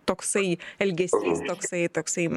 toksai elgesys toksai toksai